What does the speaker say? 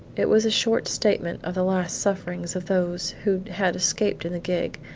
it was a short statement of the last sufferings of those who had escaped in the gig,